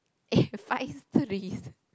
eh five threes